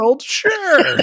Sure